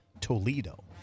Toledo